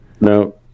No